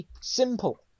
simple